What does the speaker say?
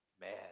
Man